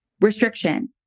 restriction